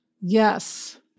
Yes